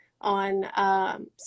on